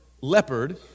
leopard